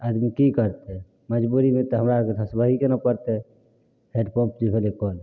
आदमी की करतै मजबुरीमे तऽ हमरा आरके धसबाहीके नहि पड़तै हेडपम्प जे भेलै कल